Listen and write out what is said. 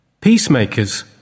Peacemakers